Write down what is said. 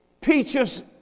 peaches